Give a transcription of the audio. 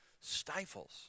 stifles